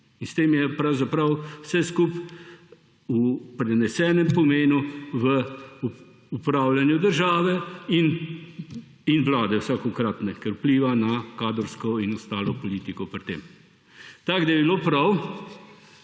S tem je pravzaprav vse skupaj v prenesenem pomenu v upravljanju države in vlade vsakokratne, ker vpliva na kadrovsko in ostalo politiko pri tem. Tako bi bilo prav,